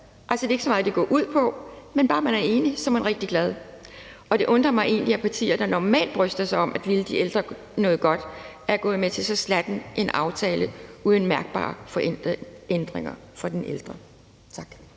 glad. Det er ikke så meget det, det går ud på. Bare man er enig, er man rigtig glad. Det undrer mig egentlig, at partier, der normalt bryster sig af at ville de ældre noget godt, er gået med til så slatten en aftale uden mærkbare ændringer for den ældre. Tak.